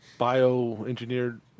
bioengineered